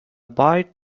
boy